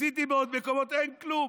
ניסיתי בעוד מקומות, אין כלום.